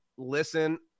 listen